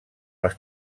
les